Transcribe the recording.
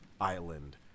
island